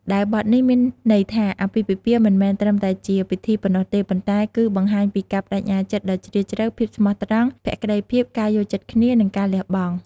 ដែលបទនេះមានន័យថា អាពាហ៍ពិពាហ៍មិនមែនត្រឹមតែជាពិធីប៉ុណ្ណោះទេ ប៉ុន្តែគឺបង្ហាញពីការប្តេជ្ញាចិត្តដ៏ជ្រាលជ្រៅ ភាពស្មោះត្រង់ ភក្តីភាព ការយល់ចិត្តគ្នា និងការលះបង់។